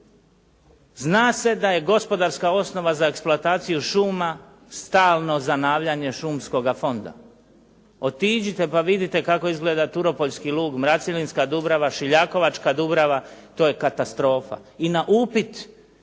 Zna se da je gospodarska osnova za eksploataciju šuma stalno zanavljanje šumskoga fonda. Otiđite pa vidite kako izgleda Turopoljski lug, Mracivinska Dubrava, Šiljakovačka Dubrava. To je katastrofa. I na upit